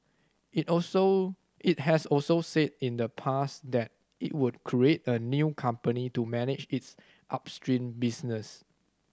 it also it has also said in the past that it would create a new company to manage its upstream business